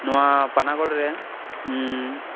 ᱱᱚᱣᱟ ᱯᱟᱱᱟᱜᱚᱲ ᱨᱮ ᱩᱸᱢ